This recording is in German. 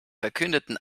verkündeten